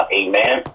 amen